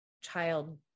child